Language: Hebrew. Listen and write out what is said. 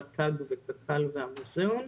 רט"ג וקק"ל והמוזיאון,